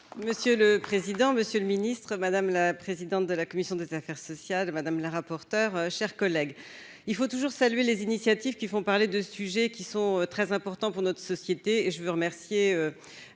monsieur le président, Monsieur le Ministre, madame la présidente de la commission des affaires sociales, madame la rapporteure, chers collègues, il faut toujours salué les initiatives qui font parler de sujets qui sont très importants pour notre société et je veux remercier